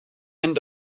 end